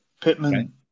Pittman